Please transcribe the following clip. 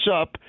up